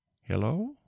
Hello